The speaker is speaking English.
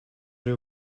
rail